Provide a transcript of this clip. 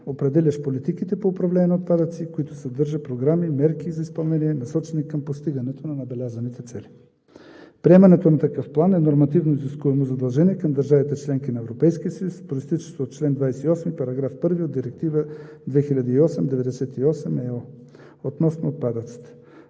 определящ политиките по управление на отпадъци, които съдържат програми, мерки за изпълнение, насочени към постигането на набелязаните цели. Приемането на такъв план е нормативно изискуемо задължение към държавите – членки на Европейския съюз, произтичащо от чл. 28, параграф 1 от Директива 2008/98/ЕО относно отпадъците.